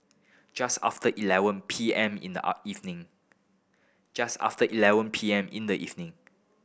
just after eleven P M in the evening just after eleven P M in the evening